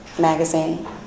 magazine